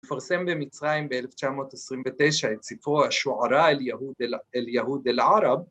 מפרסם במצרים ב-1929 את ספרו ‫השוערה על יהוד אל ערב.